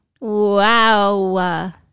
wow